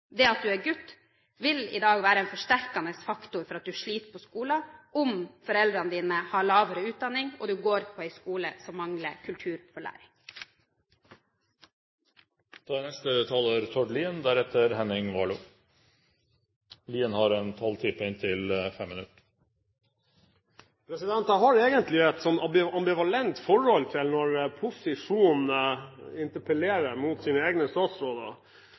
Det at du er gutt, vil i dag være en forsterkende faktor for at du sliter på skolen om foreldrene dine har lavere utdanning og du går på en skole som mangler